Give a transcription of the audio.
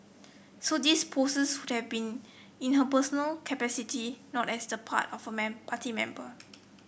so these posts would have been in her personal capacity not as the part of a party member